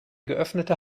geöffnete